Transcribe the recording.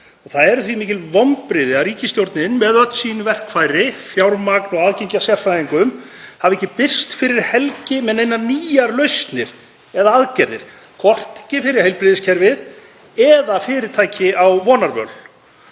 Það eru því mikil vonbrigði að ríkisstjórnin með öll sín verkfæri, fjármagn og aðgengi að sérfræðingum, hafi ekki birst fyrir helgi með neinar nýjar lausnir eða aðgerðir, hvorki fyrir heilbrigðiskerfið né fyrirtæki á vonarvöl.